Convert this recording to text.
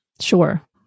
Sure